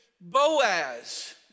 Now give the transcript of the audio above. Boaz